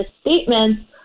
statements